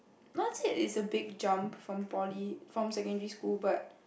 not say it's a big jump from poly from secondary school but